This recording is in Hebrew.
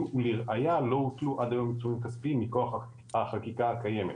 ולראייה לא הוטלו עד היום עיצומים כספיים מכוח החקיקה הקיימת.